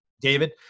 David